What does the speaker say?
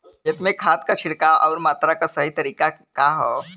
खेत में खाद क छिड़काव अउर मात्रा क सही तरीका का ह?